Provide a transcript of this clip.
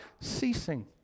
ceasing